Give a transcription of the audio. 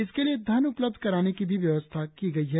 इसके लिए धन उपलब्ध कराने की भी व्यवस्था की गई है